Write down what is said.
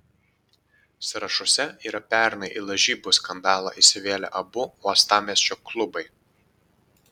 sąrašuose yra pernai į lažybų skandalą įsivėlę abu uostamiesčio klubai